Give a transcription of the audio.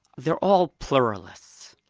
they're all pluralists.